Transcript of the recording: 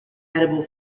edible